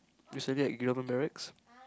recently at Gilman barracks